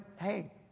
hey